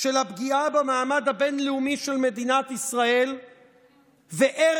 של הפגיעה במעמד הבין-לאומי של מדינת ישראל והרס